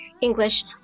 English